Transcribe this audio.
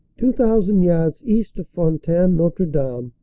two thousand yards east of fontaine-n otre dame,